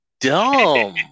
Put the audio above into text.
dumb